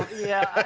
yeah.